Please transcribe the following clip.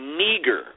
meager